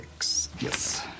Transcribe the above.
Yes